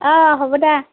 অঁ হ'ব দা